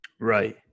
Right